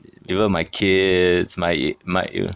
even my kids my my ear